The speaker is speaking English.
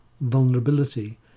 vulnerability